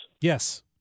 Yes